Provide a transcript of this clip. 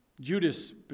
Judas